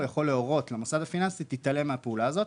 הוא יכול להורות למוסד הפיננסי שיתעלם מהפעולה הזאת.